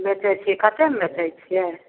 बेचै छिए कतेकमे बेचै छिए